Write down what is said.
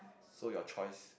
so your choice